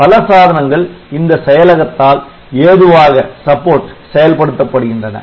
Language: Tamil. பல சாதனங்கள் இந்த செயலகத்தால் ஏதுவாக செயல்படுத்தப்படுகின்றன